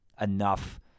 enough